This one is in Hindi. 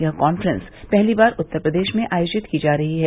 यह कांफ्रेंस पहली बार उत्तर प्रदेश में आयोजित की जा रही है